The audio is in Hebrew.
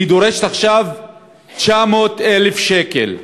והיא דורשת עכשיו 900,000 שקל.